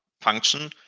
function